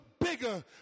bigger